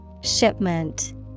Shipment